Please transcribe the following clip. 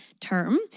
term